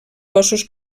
cossos